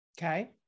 Okay